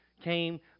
came